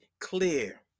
clear